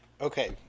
Okay